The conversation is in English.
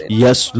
yes